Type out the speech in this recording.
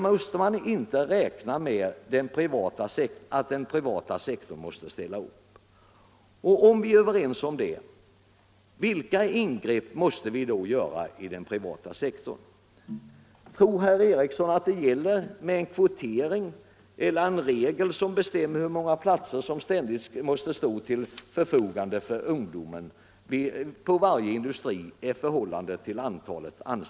Måste vi inte också räkna med att den privata sektorn ställer upp? Och om vi svarar ja på den sista frågan, vilka ingrepp måste vi då göra i den privata sektorn? Tror herr Eriksson i Arvika att det räcker med en kvotering eller en regel som bestämmer hur många platser i förhållande till antalet anställda som :i varje företag ständigt måste stå till förfogande för ungdomar?